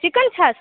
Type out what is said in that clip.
chicken છાશ